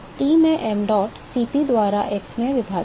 T में mdot Cp द्वारा x में विभाजित